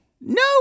No